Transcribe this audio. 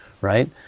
right